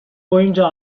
boyunca